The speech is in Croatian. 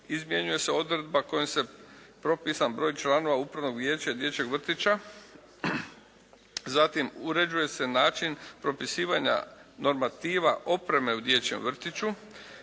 izmjenjuje se odredba kojom se propisan broj članova upravnog vijeća dječjeg vrtića. Zatim uređuje se način propisivanja normativa opreme u dječjem vrtiću.